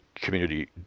community